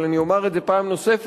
אבל אני אומר את זה פעם נוספת,